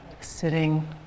sitting